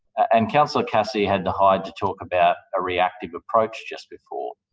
and councillor cassidy had the hide to talk about a reactive approach just before.